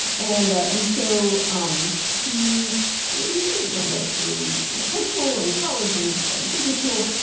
and and so, um he yeah he went went through high school and college and and business school,